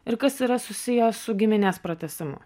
ir kas yra susiję su giminės pratęsimu